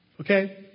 Okay